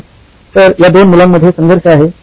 तर या दोन मुलांमध्ये संघर्ष आहे